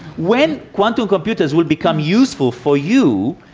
when quantum computers will become useful for you,